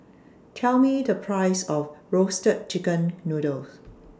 Tell Me The Price of Roasted Chicken Noodle